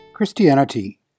Christianity